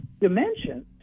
dimensions